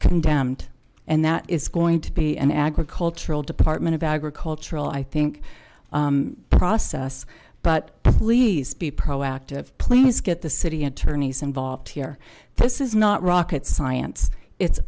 condemned and that is going to be an agricultural department of agricultural i think process but please be proactive please get the city attorneys involved here this is not rocket science it's